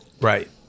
right